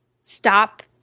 stop